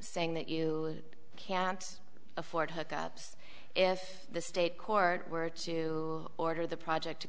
saying that you can't afford hookups if the state court were to order the project to